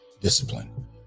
Discipline